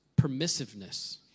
permissiveness